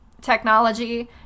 technology